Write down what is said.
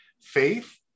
faith